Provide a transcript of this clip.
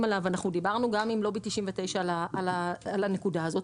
דיברנו גם עם לובי 99 על הנקודה הזאת,